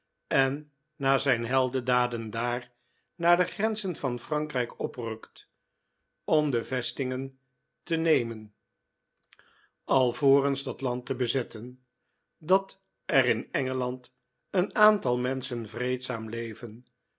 en na zijn heldendaden daar naar de grenzen van frankrijk oprukte om de vestingen te nemen alvorens dat land te bezetten dat er in p j p engeland een aantal menschen vreedzaam leven